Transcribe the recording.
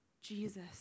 Jesus